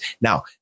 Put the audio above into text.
Now